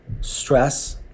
stress